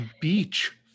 beach